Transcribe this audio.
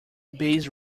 base